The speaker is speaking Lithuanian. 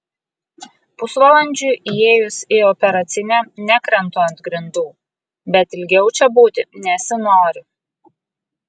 pusvalandžiui įėjus į operacinę nekrentu ant grindų bet ilgiau čia būti nesinori